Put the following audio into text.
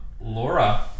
Laura